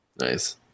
Nice